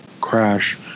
crash